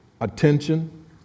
Attention